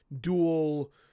dual